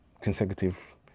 consecutive